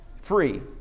free